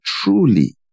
truly